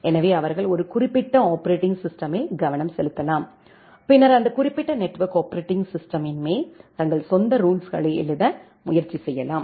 எனவே அவர்கள் ஒரு குறிப்பிட்ட ஆப்பரேட்டிங் சிஸ்டெமில் கவனம் செலுத்தலாம் பின்னர் அந்த குறிப்பிட்ட நெட்வொர்க் ஆப்பரேட்டிங் சிஸ்டெமின் மேல் தங்கள் சொந்த ரூல்ஸுகளை எழுத முயற்சி செய்யலாம்